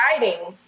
writing